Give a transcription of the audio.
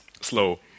slow